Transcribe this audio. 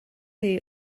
chi